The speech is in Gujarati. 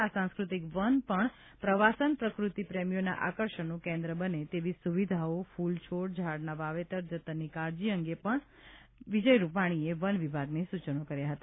આ સાંસ્કૃતિક વન પણ પ્રવાસન પ્રકૃતિ પ્રેમીઓના આકર્ષણનું કેન્દ્ર બને તેવી સુવિધાઓ ફૂલ છોડ ઝાડના વાવેતર જતનની કાળજી અંગે પણ શ્રી વિજયભાઇ રૂપાણીએ વન વિભાગને સૂચનો કર્યા હતા